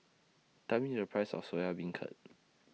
Tell Me The Price of Soya Beancurd